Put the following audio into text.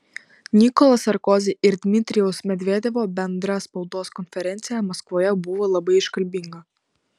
nikolo sarkozy ir dmitrijaus medvedevo bendra spaudos konferencija maskvoje buvo labai iškalbinga